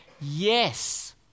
Yes